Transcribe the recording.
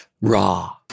raw